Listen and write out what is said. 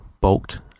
bulked